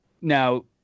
now